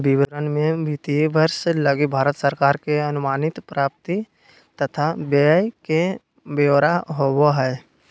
विवरण मे वित्तीय वर्ष लगी भारत सरकार के अनुमानित प्राप्ति तथा व्यय के ब्यौरा होवो हय